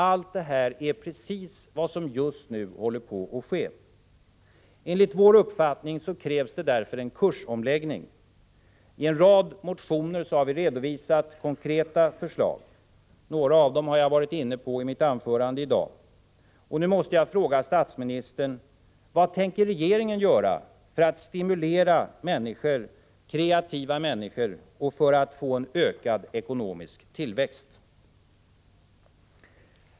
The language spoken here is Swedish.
Allt detta är precis vad som just nu håller på att ske. Enligt vår uppfattning krävs det därför en kursomläggning. I en rad motioner har vi redovisat konkreta förslag. Några av dem har jag berört i mitt anförande i dag. Nu måste jag fråga statsministern: Vad tänker regeringen göra för att stimulera kreativa människor och för att få en ökad ekonomisk tillväxt?